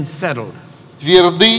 settled